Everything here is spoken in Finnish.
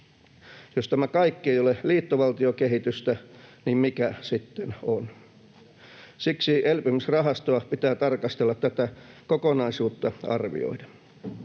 Jos tämä kaikki ei ole liittovaltiokehitystä, niin mikä sitten on? Siksi elpymisrahastoa pitää tarkastella tätä kokonaisuutta arvioiden.